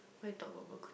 what you talk about